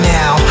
now